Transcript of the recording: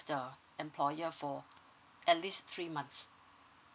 the employer for at least three months